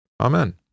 Amen